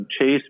Chase